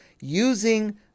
using